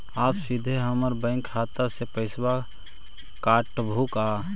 आप सीधे हमर बैंक खाता से पैसवा काटवहु का?